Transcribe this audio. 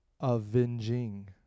Avenging